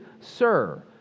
Sir